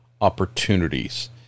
opportunities